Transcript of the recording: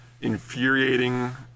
infuriating